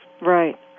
Right